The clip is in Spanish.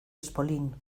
espolín